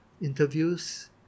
interviews